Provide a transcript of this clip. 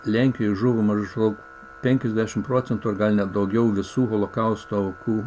lenkijoje žuvo maždaug penkiasdešimt procentų o gal net daugiau visų holokausto aukų